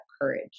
courage